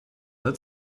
that